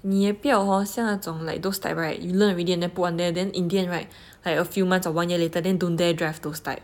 你也不要 hor 像那种 like those type right you learn already and then put down there then in the end right like a few months or one year later don't dare drive those type